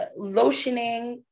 lotioning